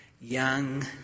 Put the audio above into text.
young